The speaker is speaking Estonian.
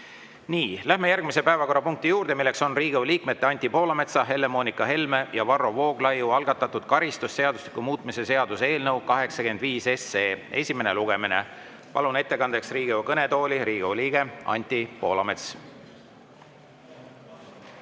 Lähme järgmise päevakorrapunkti juurde, milleks on Riigikogu liikmete Anti Poolametsa, Helle-Moonika Helme ja Varro Vooglaiu algatatud karistusseadustiku muutmise seaduse eelnõu 85 esimene lugemine. Palun ettekandeks Riigikogu kõnetooli